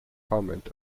comment